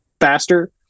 faster